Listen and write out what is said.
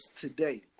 today